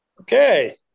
okay